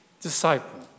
Disciple